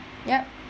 ya